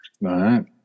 right